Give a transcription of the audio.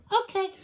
Okay